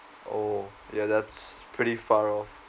oh yeah that's pretty far off